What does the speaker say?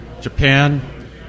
Japan